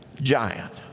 giant